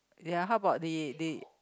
ya how about the the